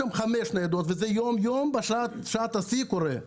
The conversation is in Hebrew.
יש שם חמש ניידות ויום יום בשעת השיא זה קורה.